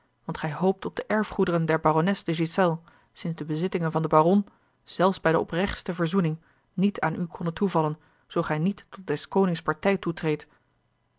want gij hoopt op de erfgoederen der barones de ghiselles sinds de bezittingen van den baron zelfs bij de oprechtste verzoening niet aan u konnen toevallen zoo gij niet tot des konings partij toetreed